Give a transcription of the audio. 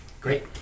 Great